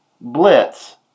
blitz